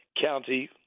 county